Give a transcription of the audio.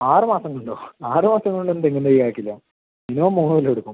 ആറ് മാസം കൊണ്ടോ ആറ് മാസം കൊണ്ട് ഒന്നും തെങ്ങ് തൈ കായ്ക്കില്ല മിനിമം മൂന്ന് കൊല്ലം എടുക്കും